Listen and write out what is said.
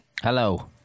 Hello